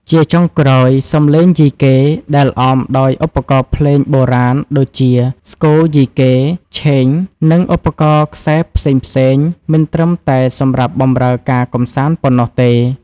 ជាចុងក្រោយ សំឡេងយីកេដែលអមដោយឧបករណ៍ភ្លេងបុរាណដូចជា ស្គរយីកេ ឆេង និងឧបករណ៍ខ្សែផ្សេងៗ មិនត្រឹមតែសម្រាប់បម្រើការកម្សាន្តប៉ុណ្ណោះទេ។